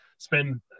Spend